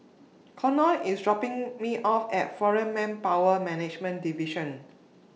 Connor IS dropping Me off At Foreign Manpower Management Division